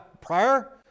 prior